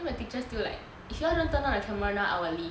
then the teacher still like if you all don't turn on your camera now I will leave